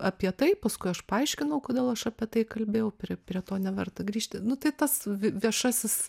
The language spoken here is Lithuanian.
apie tai paskui aš paaiškinau kodėl aš apie tai kalbėjau prie prie to neverta grįžti nu tai tas viešasis